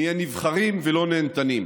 נהיה נבחרים ולא נהנתנים.